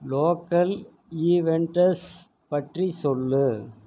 local events பற்றி சொல்